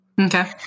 Okay